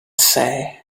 say